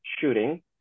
shooting